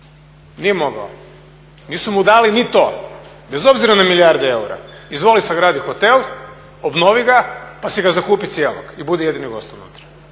Nije mogao, nisu mu dali ni to, bez obzira na milijarde eura. Izvoli sagradit hotel, obnovi ga, pa si ga zakupi cijelo i budi jedini gost unutra.